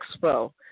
expo